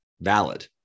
valid